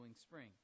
spring